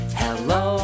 hello